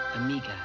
Amiga